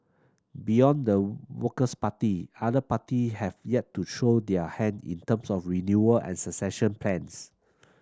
beyond the Works Party other party have yet to show their hand in terms of renewal and succession plans